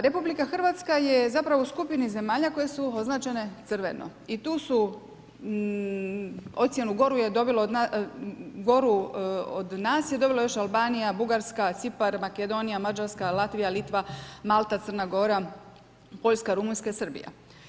RH je zapravo u skupini zemalja koje su označene crveno i tu su ocjenu goru je dobilo, goru od nas je dobila još Albanija, Bugarska, Cipar, Makedonija, Mađarska, Latvija, Litva, Malta, Crna Gora, Poljska, Rumunjska i Srbija.